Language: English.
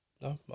No